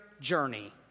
journey